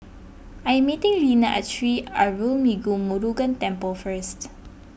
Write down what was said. I am meeting Lina at Sri Arulmigu Murugan Temple first